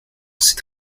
c’est